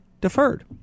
deferred